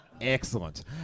Excellent